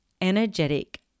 Energetic